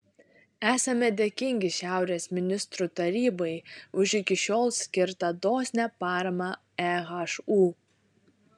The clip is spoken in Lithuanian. esame dėkingi šiaurės ministrų tarybai už iki šiol skirtą dosnią paramą ehu